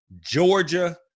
Georgia